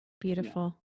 beautiful